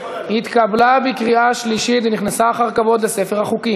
התקבלה בקריאה שלישית ונכנסה אחר כבוד לספר החוקים.